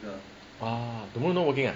tomorrow not working ah